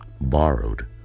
borrowed